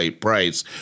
price